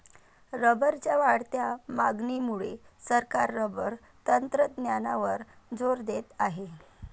रबरच्या वाढत्या मागणीमुळे सरकार रबर तंत्रज्ञानावर जोर देत आहे